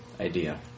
idea